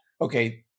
okay